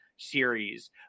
series